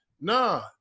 nah